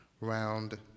round